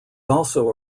also